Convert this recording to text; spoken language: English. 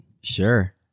Sure